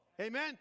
Amen